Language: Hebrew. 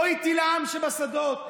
בוא איתי לעם שבשדות,